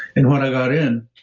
and when i got in,